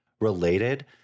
related